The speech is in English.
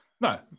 No